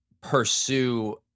pursue